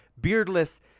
beardless